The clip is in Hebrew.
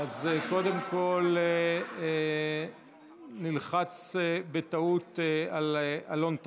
אז קודם כול נלחץ בטעות על אלון טל.